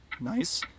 Nice